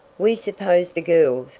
we suppose the girls,